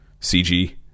CG